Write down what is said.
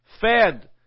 fed